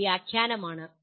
ഇവ വ്യാഖ്യാനമാണ്